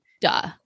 duh